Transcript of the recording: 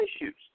issues